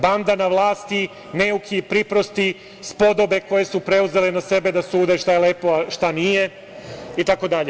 Banda na vlasti, neuki, priprosti, spodobe koje su preuzele na sebe da sude šta je lepo, a šta nije, itd.